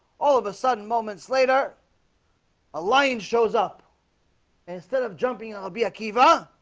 all of a sudden moments later a lion shows up instead of jumping i'll be akira.